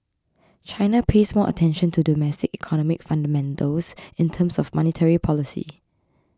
China pays more attention to domestic economic fundamentals in terms of monetary policy